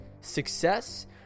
success